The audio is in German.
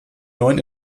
neun